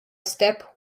step